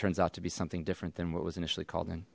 turns out to be something different than what was initially called